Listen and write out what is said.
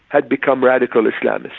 had become radical islamists.